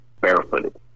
barefooted